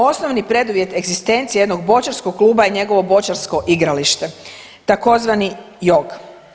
Osnovni preduvjet egzistencije jednog boćarskog kluba je njegovo boćarsko igralište tzv. jog.